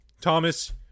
Thomas